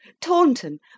Taunton